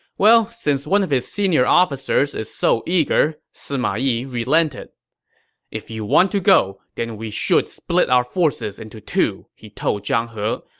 since one of his senior officers is so eager, sima yi relented if you want to go, then we should split our forces into two, he told zhang he.